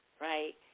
Right